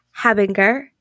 Habinger